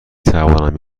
توانم